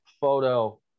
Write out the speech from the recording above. photo